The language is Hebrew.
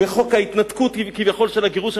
בחוק ההתנתקות כביכול, של הגירוש.